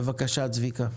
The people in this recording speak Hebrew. בבקשה, צביקה.